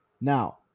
Now